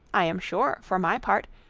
i am sure, for my part,